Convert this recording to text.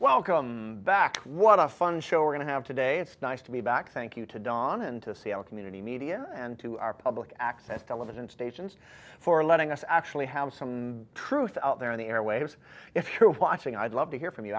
welcome back what a fun show we're going to have today it's nice to be back thank you to donna and to see our community media and to our public access television stations for letting us actually have some truth out there on the airwaves if you're watching i'd love to hear from you